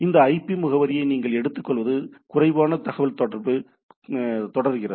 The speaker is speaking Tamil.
இந்த ஐபி முகவரியை நீங்கள் எடுத்துக்கொள்வது குறைவான தகவல்தொடர்பு தொடர்கிறது